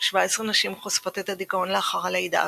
17 נשים חושפות את הדיכאון לאחר הלידה,